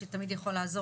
שתמיד יכול לעזור,